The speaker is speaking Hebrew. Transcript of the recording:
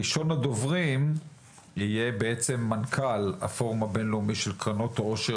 ראשון הדוברים יהיה מנכ"ל הפורום הבינלאומי של קרנות העושר